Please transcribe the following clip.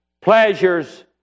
pleasures